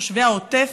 לתושבי העוטף,